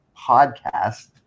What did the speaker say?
podcast